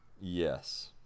yes